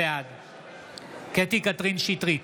בעד קטי קטרין שטרית,